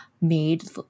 made